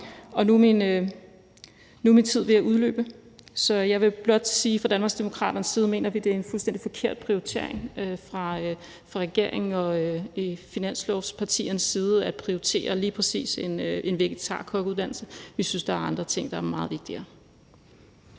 at fra Danmarksdemokraternes side mener vi, det er en fuldstændig forkert prioritering fra regeringen og finanslovspartiernes side at prioritere lige præcis en vegetarkokkeuddannelse. Vi synes, der er andre ting, der er meget vigtigere.